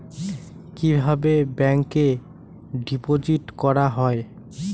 কিভাবে ব্যাংকে ডিপোজিট করা হয়?